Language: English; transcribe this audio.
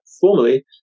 formally